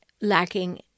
lacking